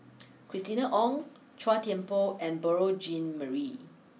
Christina Ong Chua Thian Poh and Beurel Jean Marie